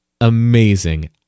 Amazing